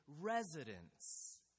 residents